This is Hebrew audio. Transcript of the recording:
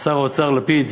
ששר האוצר לפיד